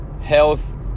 health